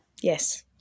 yes